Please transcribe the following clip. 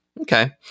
Okay